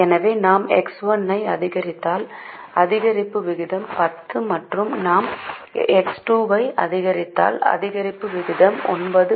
எனவே நாம் X1 ஐ அதிகரித்தால் அதிகரிப்பு விகிதம் 10 மற்றும் நாம் X2 ஐ அதிகரித்தால் அதிகரிப்பு விகிதம் 9